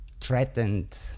threatened